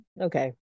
okay